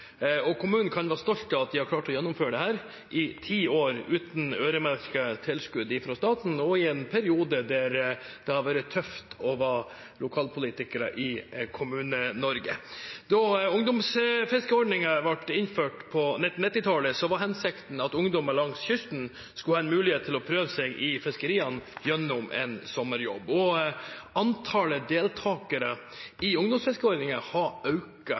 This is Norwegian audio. Kommunen kan være stolt av at de har klart å gjennomføre dette i ti år uten øremerkede tilskudd fra staten, og i en periode der det har vært tøft å være lokalpolitiker i Kommune-Norge. Da ungdomsfiskeordningen ble innført på 1990-tallet, var hensikten at ungdommer langs kysten skulle ha en mulighet til å prøve seg i fiskeriene gjennom en sommerjobb. Antallet deltakere i ungdomsfiskeordningen har